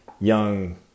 young